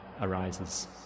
arises